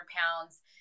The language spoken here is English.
pounds